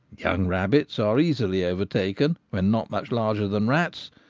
young rabbits are easily overtaken when not much larger than rats,